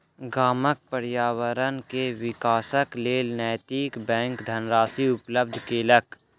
गामक पर्यावरण के विकासक लेल नैतिक बैंक धनराशि उपलब्ध केलक